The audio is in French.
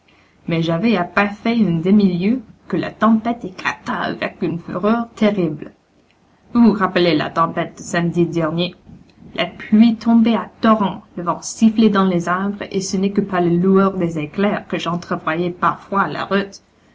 mais j'avais à peine fait une demi-lieue que la tempête éclata avec une fureur terrible vous vous rappelez la tempête de samedi dernier la pluie tombait à torrents le vent sifflait dans les arbres et ce n'est que par la lueur des éclairs que j'entrevoyais parfois la route